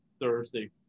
Thursday